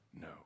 no